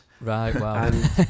Right